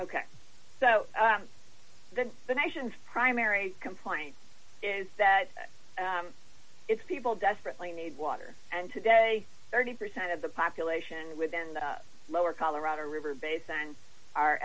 so then the nation primary complaint is that its people desperately need water and today thirty percent of the population within the lower colorado river basin are